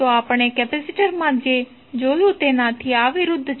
તો આપણે કેપેસિટરમાં જે જોયું તેનાથી આ વિરુદ્ધ છે